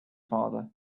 father